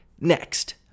next